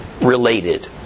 related